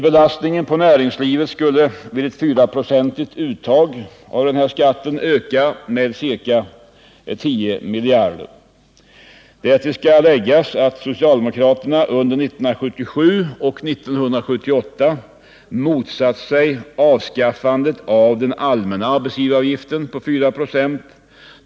Belastningen på näringslivet skulle vid ett fyraprocentigt uttag av den här skatten öka med ca 10 miljarder kronor. Därtill skall läggas att socialdemokraterna under 1977 och 1978 motsatt sig avskaffandet av den allmänna arbetsgivaravgiften på 4 ",.